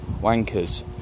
wankers